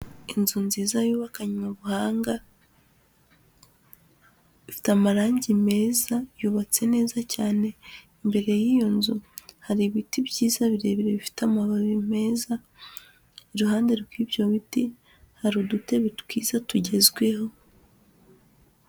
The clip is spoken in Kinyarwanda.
Inzu nziza yubakanywe ubuhanga, ifite amarangi meza yubatse neza cyane, imbere y'iyo nzu hari ibiti byiza birebire bifite amababi meza, iruhande rw'ibyo biti hari udutebe twiza tugezweho.